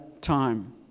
time